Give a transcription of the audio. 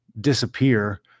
disappear